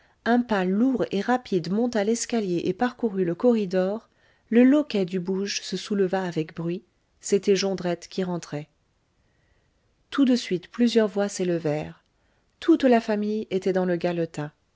un pas lourd et rapide monta l'escalier et parcourut le corridor le loquet du bouge se souleva avec bruit c'était jondrette qui rentrait tout de suite plusieurs voix s'élevèrent toute la famille était dans le galetas